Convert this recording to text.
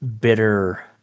bitter